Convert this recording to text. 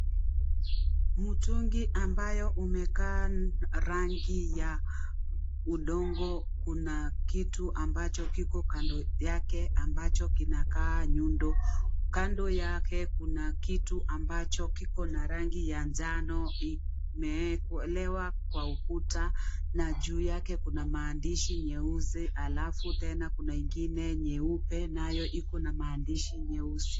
Mtungi ambayo umekaa rangi ya udongo kuna kitu ambacho kiko kando yake ambacho kina kaa nyundo kando yake kuna kitu ambacho kiko na rangi ya njano kimeekelewa kwa ukuta na juu yake kuna maandishi nyeusi halafu tena kuna ingine nyeupe nayo iko na maandishi meusi.